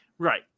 Right